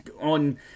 on